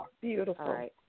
beautiful